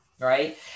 right